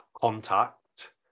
contact